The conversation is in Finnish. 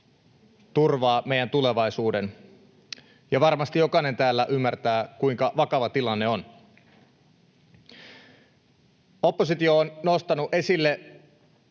turvaa meidän tulevaisuutemme, ja varmasti jokainen täällä ymmärtää, kuinka vakava tilanne on. Oppositio on nostanut esille